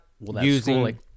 using